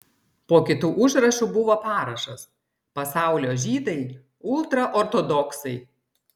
po kitu užrašu buvo parašas pasaulio žydai ultraortodoksai